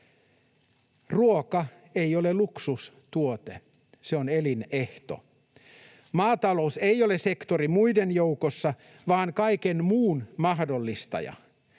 Ruoka ei ole luksustuote, se on elinehto. Maatalous ei ole sektori muiden joukossa vaan kaiken muun mahdollistaja.